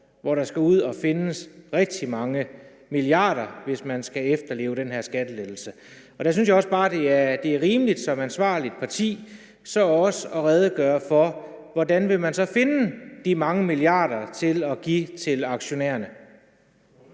hvor der skal ud og findes rigtig mange milliarder, hvis man skal efterleve den her skattelettelse. Der synes jeg også bare, at det er rimeligt, at man som ansvarligt parti så også redegør for, hvordan man vil finde de mange milliarder at givetil aktionærerne.